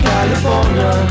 California